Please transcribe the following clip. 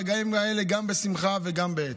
הרגעים האלה גם בשמחה וגם בעצב.